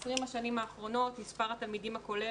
ב-20 השנים האחרונות מספר התלמידים הכולל